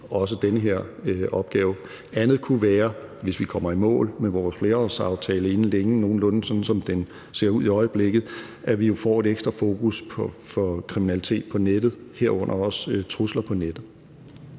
også den her opgave. Noget andet kunne være, hvis vi kommer i mål med vores flerårsaftale nogenlunde inden længe, sådan som den ser ud i øjeblikket, at vi får et ekstra fokus på kriminalitet på nettet, herunder også trusler på nettet.